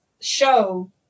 show